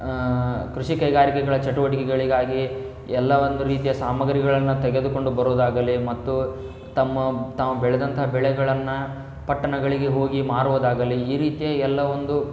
ಕೃಷಿ ಕೈಗಾರಿಕೆಗಳ ಚಟುವಟಿಕೆಗಳಿಗಾಗಿ ಎಲ್ಲ ಒಂದು ರೀತಿಯ ಸಾಮಾಗ್ರಿಗಳನ್ನು ತೆಗೆದುಕೊಂಡು ಬರೊದಾಗಲಿ ಮತ್ತು ತಮ್ಮ ತಾವು ಬೆಳೆದಂಥ ಬೆಳೆಗಳನ್ನು ಪಟ್ಟಣಗಳಿಗೆ ಹೋಗಿ ಮಾರುವುದಾಗಲಿ ಈ ರೀತಿಯ ಎಲ್ಲ ಒಂದು